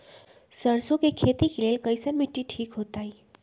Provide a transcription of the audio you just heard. सरसों के खेती के लेल कईसन मिट्टी ठीक हो ताई?